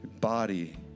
body